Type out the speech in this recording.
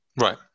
Right